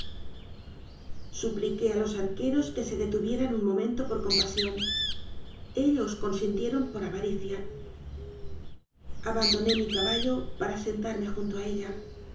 supliqué a los arqueros que se detuvieran un momento por compasión ellos consintieron por avaricia abandoné mi caballo para sentarme junto a ella